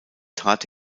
trat